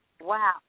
Wow